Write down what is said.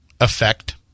effect